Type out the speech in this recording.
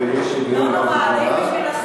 ויש היגיון רב בדבריו.